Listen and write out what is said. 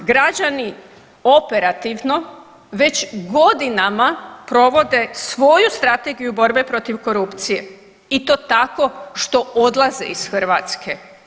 Građani operativno već godinama provode svoju strategiju borbe protiv korupcije i to tako što odlaze iz Hrvatske.